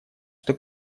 что